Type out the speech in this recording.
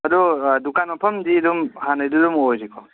ꯑꯗꯨ ꯗꯨꯀꯥꯟ ꯃꯐꯝꯗꯤ ꯑꯗꯨꯝ ꯍꯥꯟꯅꯩꯗꯨꯗ ꯑꯗꯨꯝ ꯑꯣꯏꯔꯤꯀꯣ